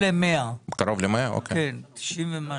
קרוב ל-100, 90 ומשהו.